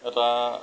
এটা